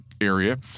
area